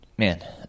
Man